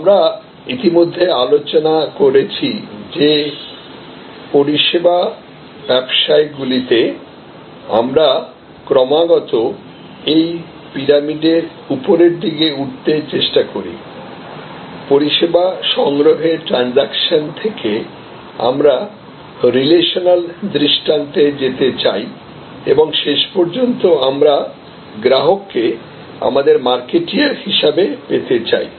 আমরা ইতিমধ্যে আলোচনা করেছি যে পরিষেবা ব্যবসায়গুলিতে আমরা ক্রমাগত এই পিরামিডের উপরের দিকে উঠতে চেষ্টা করি পরিষেবা সংগ্রহের ট্রানজাকশন থেকে আমরা রিলেশনাল দৃষ্টান্তে যেতে চাই এবং শেষ পর্যন্ত আমরা গ্রাহককে আমাদের মার্কেটিয়ার হিসাবে পেতে চাই